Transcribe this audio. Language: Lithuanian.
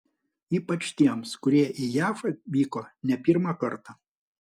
ypač tiems kurie į jav vyko ne pirmą kartą